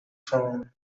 form